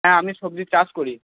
হ্যাঁ আমি সবজির চাষ করি